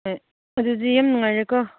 ꯍꯣꯏ ꯑꯗꯨꯗꯤ ꯌꯥꯝ ꯅꯨꯡꯉꯥꯏꯔꯦꯀꯣ